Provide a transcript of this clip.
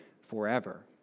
forever